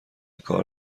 کار